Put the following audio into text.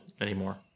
anymore